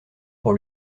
pour